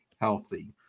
healthy